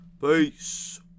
Peace